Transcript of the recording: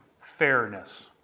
Fairness